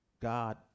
God